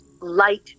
light